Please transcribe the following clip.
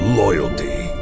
loyalty